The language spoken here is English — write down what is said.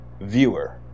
viewer